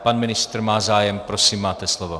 Pan ministr má zájem, prosím, máte slovo.